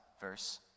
Verse